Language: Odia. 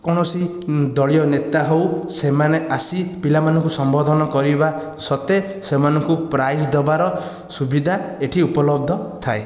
କୌଣସି ଦଳୀୟ ନେତା ହେଉ ସେମାନେ ଆସି ପିଲାମାନଙ୍କୁ ସମ୍ବୋଧନ କରିବା ସତ୍ତ୍ୱେ ସେମାନଙ୍କୁ ପ୍ରାଇଜ୍ ଦେବାର ସୁବିଧା ଏହିଠି ଉପଲବ୍ଧ ଥାଏ